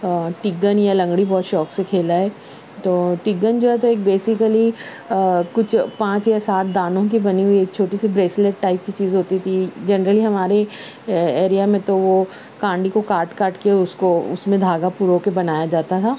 ٹگن یا لنگڑی بہت شوق سے کھیلا ہے تو ٹگن جو ہے تو ایک بیسیکلی کچھ پانچ یا سات دانوں کی بنی ہوئی ایک چھوٹی سی بریسلیٹ ٹائپ کی چیز ہوتی تھی جنرلی ہمارے ایریا میں تو وہ کانڈی کو کاٹ کاٹ کے اس کو اس میں دھاگا پرو کے بنایا جاتا تھا